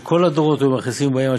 שכל הדורות היו מכעיסין ובאין,